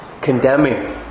condemning